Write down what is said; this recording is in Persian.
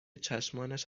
چشمانش